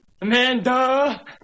Amanda